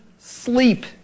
sleep